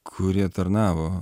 kurie tarnavo